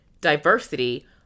diversity